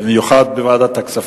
במיוחד בוועדת הכספים.